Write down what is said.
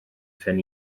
phen